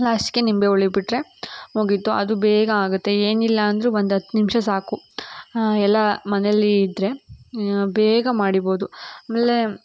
ಲಾಸ್ಟಿಗೆ ನಿಂಬೆ ಹುಳಿ ಬಿಟ್ಟರೆ ಮುಗೀತು ಅದು ಬೇಗ ಆಗುತ್ತೆ ಏನಿಲ್ಲ ಅಂದರೂ ಒಂದು ಹತ್ತು ನಿಮಿಷ ಸಾಕು ಎಲ್ಲ ಮನೇಲ್ಲಿ ಇದ್ದರೆ ಬೇಗ ಮಾಡಬೋದು ಆಮೇಲೆ